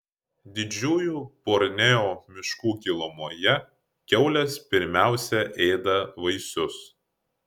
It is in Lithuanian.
didžiųjų borneo miškų gilumoje kiaulės pirmiausia ėda vaisius